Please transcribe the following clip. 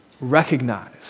recognize